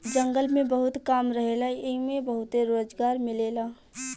जंगल में बहुत काम रहेला एइमे बहुते रोजगार मिलेला